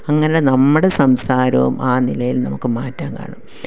അങ്ങനെ നമ്മുടെ സംസാരവും ആ നിലയിൽ നമുക്ക് മാറ്റാൻ കാണും